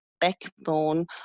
backbone